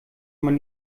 man